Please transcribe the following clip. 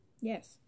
Yes